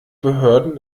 behörden